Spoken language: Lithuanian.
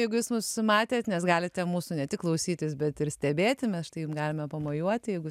jeigu jūs mus matėt nes galite mūsų ne tik klausytis bet ir stebėti mes štai jum galime pamojuoti jeigu